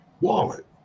wallet